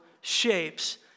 shapes